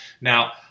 Now